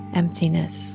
emptiness